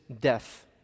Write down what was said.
death